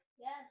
yes